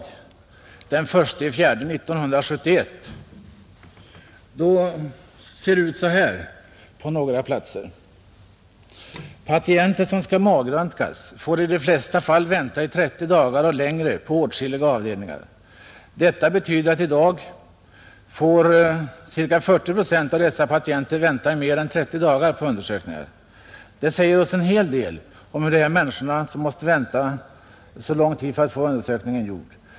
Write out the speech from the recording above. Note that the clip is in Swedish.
De senaste uppgifterna, tagna den 1 april 1971, säger bl.a. följande vad det gäller väntetider. Patienter som skall magröntgas får i många fall vänta i 30 dagar eller längre på åtskilliga avdelningar; i dag får ca 40 procent av dessa patienter göra det. Det säger oss en hel del om hur det känns för de människor som måste vänta under så lång tid för att få undersökningen gjord.